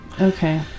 Okay